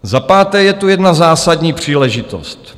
Za páté, je tu jedna zásadní příležitost.